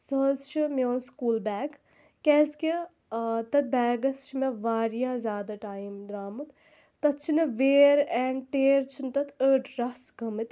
سُہ حظ چھُ میٛون سکوٗل بیگ کیٛازِ کہِ آ تَتھ بیگَس چھُ مےٚ واریاہ زیادٕ ٹایِم درٛامُت تَتھ چھِنہٕ ویر اینٛڈ ٹیر چھِنہٕ تَتھ أڈ رَژھ گٲمٕتۍ